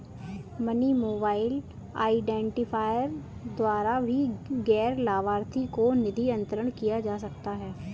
money mobile identifier द्वारा भी गैर लाभार्थी को निधि अंतरण किया जा सकता है